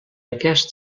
aquest